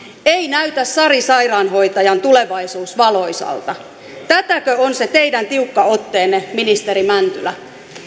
ei näytä sari sairaanhoitajan tulevaisuus valoisalta tätäkö on se teidän tiukka otteenne ministeri mäntylä